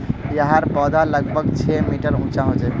याहर पौधा लगभग छः मीटर उंचा होचे